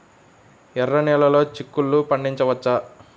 ఎర్ర నెలలో చిక్కుల్లో పండించవచ్చా?